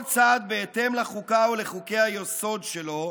"כל צד, בהתאם לחוקה ולחוקי-היסוד שלו,